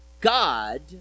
God